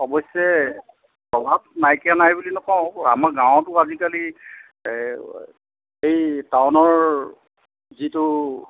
অৱশ্যে প্ৰভাৱ নাইকিয়া নাই বুলি নকওঁ আমাৰ গাঁৱতে আজিকালি এই টাউনৰ যিটো